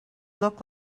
look